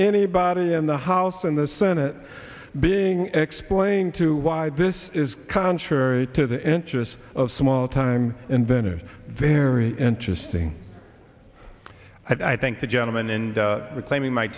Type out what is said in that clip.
anybody in the house and the senate being explain to why this is contrary to the interests of small time in venice very interesting i thank the gentleman and